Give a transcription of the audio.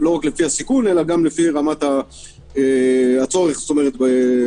לא רק לפי הסיכון אלא לפי רמת הצורך בחינוך,